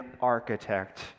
architect